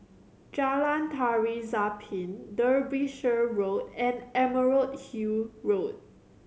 Jalan Tari Zapin Derbyshire Road and Emerald Hill Road